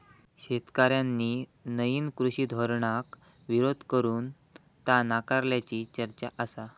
शेतकऱ्यांनी नईन कृषी धोरणाक विरोध करून ता नाकारल्याची चर्चा आसा